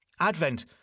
Advent